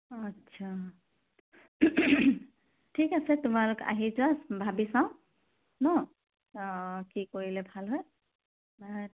আচ্ছা ঠিক আছে তোমালোক আহি যোৱা ভাবি চাওঁ ন কি কৰিলে ভাল হয়